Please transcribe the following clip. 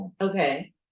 Okay